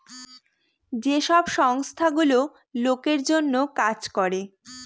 যে সব সংস্থা গুলো লোকের জন্য কাজ করে